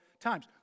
times